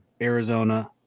Arizona